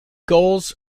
gulls